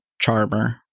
charmer